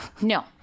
No